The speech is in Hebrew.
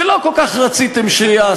שלא כל כך רציתם שייעשו,